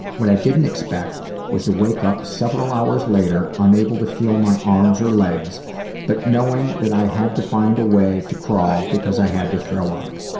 what i didn't expect was to wake up several hours later, unable to feel my arms or legs but knowing that i had to find a way to crawl because i had to throw up.